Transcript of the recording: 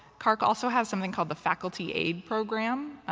carc also has something called the faculty aide program.